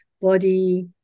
body